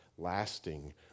lasting